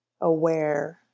aware